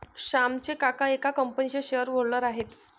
श्यामचे काका एका कंपनीचे शेअर होल्डर आहेत